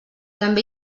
també